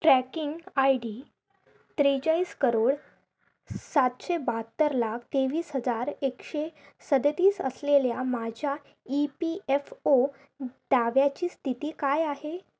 tracking I D त्रेचाळीस करोड सातशे बाहत्तर लाख तेवीस हजार एकशे सदतीस असलेल्या माझ्या ई पी एफ ओ दाव्याची स्थिती काय आहे